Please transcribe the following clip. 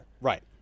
Right